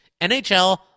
NHL